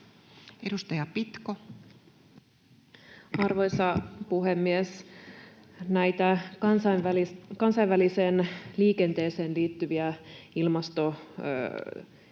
Content: Arvoisa puhemies! Näitä kansainväliseen liikenteeseen liittyviä ilmastotekoja